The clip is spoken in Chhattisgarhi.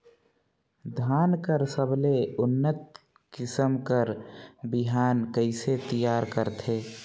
धान कर सबले उन्नत किसम कर बिहान कइसे तियार करथे?